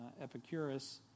Epicurus